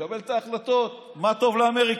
שמקבלת את ההחלטות על מה שטוב לאמריקה.